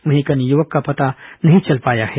वहीं एक अन्य युवक का पता नहीं चल पाया है